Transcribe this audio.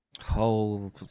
whole